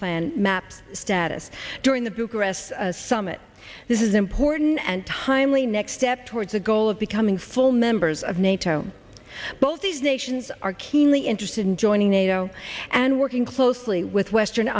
plan map status during the bucharest summit this is important and timely next step towards a goal of becoming full members of nato both these nations are keenly interested in joining nato and working closely with western